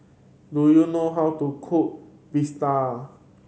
do you know how to cook bistake